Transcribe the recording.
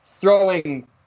throwing